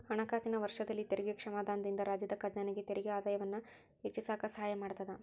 ಹಣಕಾಸಿನ ವರ್ಷದಲ್ಲಿ ತೆರಿಗೆ ಕ್ಷಮಾದಾನದಿಂದ ರಾಜ್ಯದ ಖಜಾನೆಗೆ ತೆರಿಗೆ ಆದಾಯವನ್ನ ಹೆಚ್ಚಿಸಕ ಸಹಾಯ ಮಾಡತದ